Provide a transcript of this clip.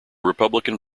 republican